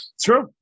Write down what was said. True